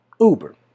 Uber